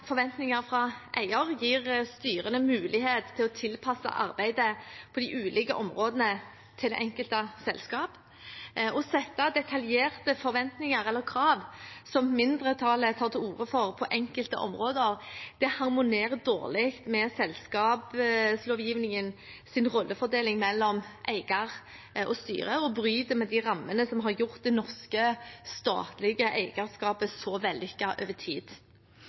forventninger fra eier gir styrene mulighet til å tilpasse arbeidet på de ulike områdene i hvert enkelt selskap. Å sette detaljerte forventninger eller krav, som mindretallet tar til orde for på enkelte områder, harmonerer dårlig med selskapslovgivningens rollefordeling mellom eier og styret og bryter med rammene som har gjort det norske statlige eierskapet så vellykket over tid.